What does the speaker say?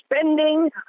spending